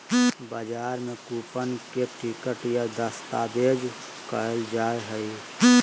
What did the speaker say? बजार में कूपन के टिकट या दस्तावेज कहल जा हइ